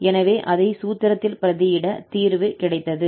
எனவே அதை சூத்திரத்தில் பிரதியிட தீர்வு கிடைத்தது